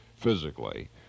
physically